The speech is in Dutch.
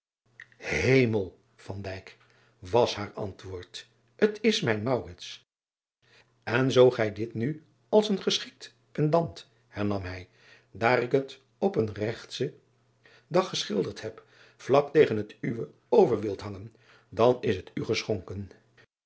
emel was haar antwoord t s mijn en zoo gij dit nu als een geschikt pendant hernam hij daar ik het op een regtschen dag geschilderd heb vlak tegen het uwe over wilt hangen dan is het u geschonken